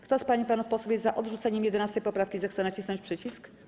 Kto z pań i panów posłów jest za odrzuceniem 11. poprawki, zechce nacisnąć przycisk.